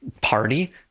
party